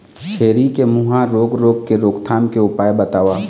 छेरी के मुहा रोग रोग के रोकथाम के उपाय बताव?